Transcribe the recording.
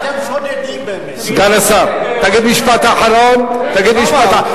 אתם, סגן השר, תגיד משפט אחרון, תגיד משפט אחרון.